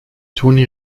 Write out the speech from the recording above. toni